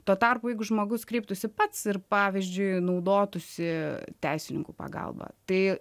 tuo tarpu jeigu žmogus kreiptųsi pats ir pavyzdžiui naudotųsi teisininkų pagalba tai